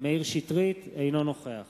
אינו נוכח